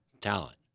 talent